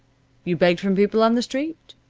you begged from people on the street.